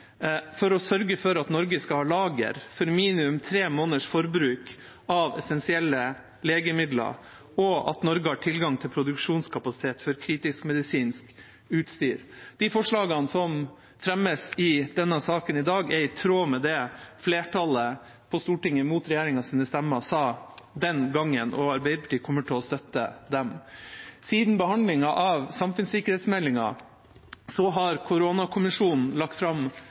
for å sørge for at Norge skal ha lager for minimum tre måneders forbruk av essensielle legemidler, og at Norge har tilgang til produksjonskapasitet for kritisk medisinsk utstyr. De forslagene som fremmes i denne saken i dag, er i tråd med det flertallet på Stortinget, mot regjeringas stemmer, sa den gangen, og Arbeiderpartiet kommer til å støtte dem. Siden behandlingen av samfunnssikkerhetsmeldinga har koronakommisjonen lagt fram